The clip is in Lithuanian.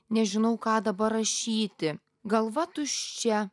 nežinau ką dabar rašyti galva tuščia